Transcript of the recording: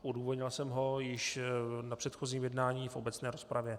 Odůvodnil jsem ho již na předchozím jednání v obecné rozpravě.